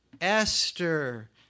Esther